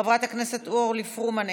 חברת הכנסת אורלי פרומן,